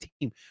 team